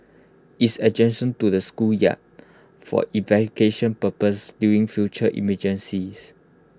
it's adjacent to the schoolyard for evacuation purposes during future emergencies